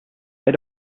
bit